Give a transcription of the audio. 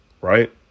right